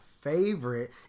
favorite